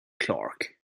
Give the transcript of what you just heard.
clark